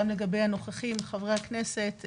גם לגבי הנוכחים חברי הכנסת,